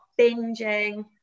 binging